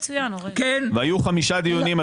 והיו חמישה דיונים,